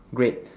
great